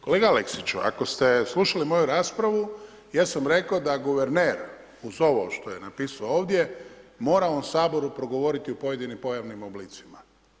Kolega Aleksiću, ako ste slušali moju raspravu, ja sam rekao da guverner, uz ovo što je napisao ovdje, mora ovom Saboru progovoriti o pojedinim pojavnim oblicima.